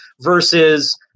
versus